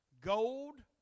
gold